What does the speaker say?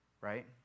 Right